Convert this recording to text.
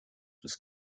was